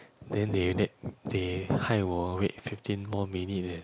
then they they they 害我 wait fifteen more minutes leh